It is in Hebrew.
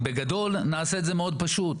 בגדול, נעשה את זה מאוד פשוט,